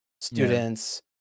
students